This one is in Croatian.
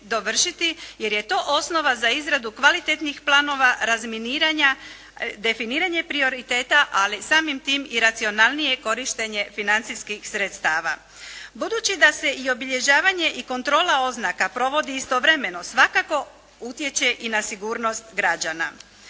jer je to osnova za izradu kvalitetnih planova razminiranja, definiranje prioriteta ali samim time i racionalnije korištenje financijskih sredstava. Budući da se i obilježavanje i kontrola oznaka provodi istovremeno svakako utječe i na sigurnost građana.